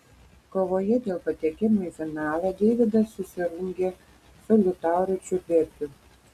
kovoje dėl patekimo į finalą deividas susirungė su liutauru čiuberkiu